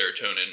serotonin